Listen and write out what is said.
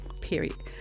period